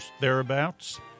thereabouts